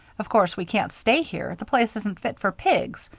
of course we can't stay here the place isn't fit for pigs.